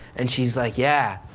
and she's like, yeah,